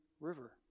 River